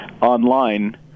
online